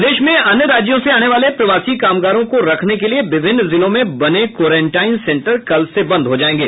प्रदेश में अन्य राज्यों से आने वाले प्रवासी कामगारों को रखने के लिये विभिन्न जिलों में बने क्वारंटाइन सेंटर कल से बंद हो जायेंगे